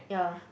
ya